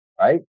right